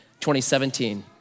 2017